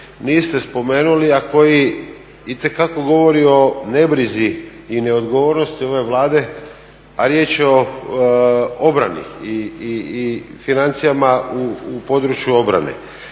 niste spomenuli, a koji itekako govori o ne brizi i neodgovornosti ove Vlade, a riječ je o obrani i financijama u području obrane.